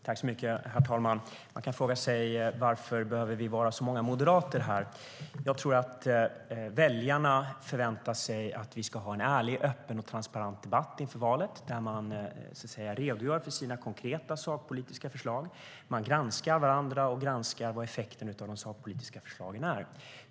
Herr talman! Man kan fråga sig varför vi behöver vara så många moderater här i debatten. Jag tror att väljarna förväntar sig att vi ska ha en ärlig, öppen och transparent debatt inför valet där vi redogör för våra konkreta sakpolitiska förslag, granskar varandra och granskar effekterna av de sakpolitiska förslagen.